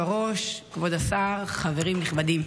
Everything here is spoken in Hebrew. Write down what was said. כבוד היושב-ראש, כבוד השר, חברים נכבדים,